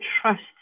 trust